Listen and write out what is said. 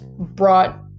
brought